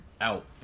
out